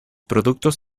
productos